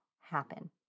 happen